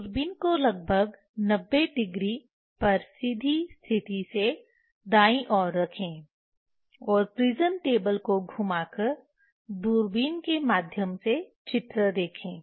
दूरबीन को लगभग 90 डिग्री पर सीधी स्थिति से दाईं ओर रखें और प्रिज्म टेबल को घुमाकर दूरबीन के माध्यम से चित्र देखें